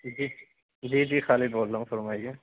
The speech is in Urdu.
جی جی جی خالد بول رہا ہوں فرمائیے